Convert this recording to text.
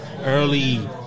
early